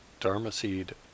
Dharmaseed